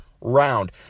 round